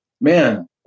man